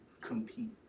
Compete